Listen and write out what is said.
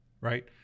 right